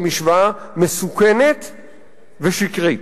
היא משוואה מסוכנת ושקרית.